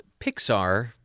Pixar